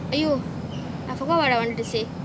!aiyo! I forgot what I want to say